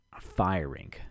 firing